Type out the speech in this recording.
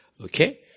Okay